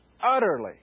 utterly